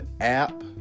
app